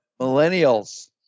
millennials